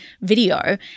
video